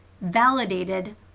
validated